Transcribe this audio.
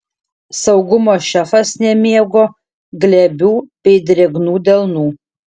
saugumo šefas nemėgo glebių bei drėgnų delnų